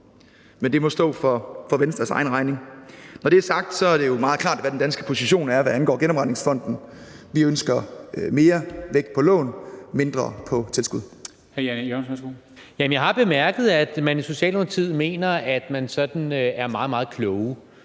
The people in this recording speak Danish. Men det må stå for Venstres egen regning. Når det er sagt, er det jo meget klart, hvad den danske position er, hvad angår genopretningsfonden: Vi ønsker mere vægt på lån, mindre på tilskud. Kl. 14:18 Formanden (Henrik Dam Kristensen): Hr. Jan E. Jørgensen, værsgo.